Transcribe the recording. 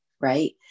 right